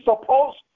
supposed